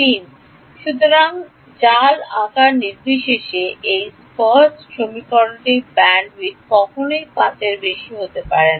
৩ সুতরাং জাল আকার নির্বিশেষে এই স্পার্স ম্যাট্রিক্সের ব্যান্ডউইথটি কখনই 5 এর বেশি হতে পারে না